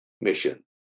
mission